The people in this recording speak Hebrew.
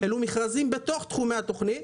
כל אלו מכרזים בתוך התוכנית